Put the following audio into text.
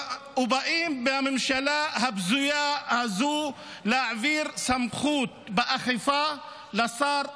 ובאים מהממשלה הבזויה להעביר סמכות אכיפה לשר הזה.